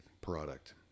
product